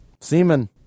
Semen